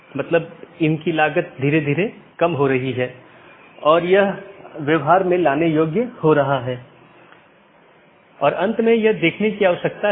एक AS traffic की निश्चित श्रेणी के लिए एक विशेष AS पाथ का उपयोग करने के लिए ट्रैफिक को अनुकूलित कर सकता है